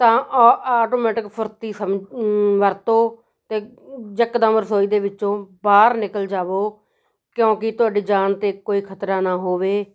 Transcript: ਤਾਂ ਆ ਆਟੋਮੈਟਿਕ ਫੁਰਤੀ ਸਮੇਂ ਵਰਤੋਂ ਅਤੇ ਜੇ ਇਕਦਮ ਰਸੋਈ ਦੇ ਵਿੱਚੋਂ ਬਾਹਰ ਨਿਕਲ ਜਾਵੋ ਕਿਉਂਕਿ ਤੁਹਾਡੇ ਜਾਨ 'ਤੇ ਕੋਈ ਖਤਰਾ ਨਾ ਹੋਵੇ